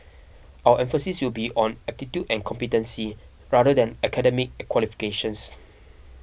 our emphasis will be on aptitude and competency rather than academic qualifications